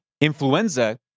Influenza